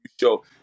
show